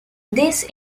this